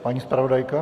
Paní zpravodajka?